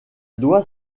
doit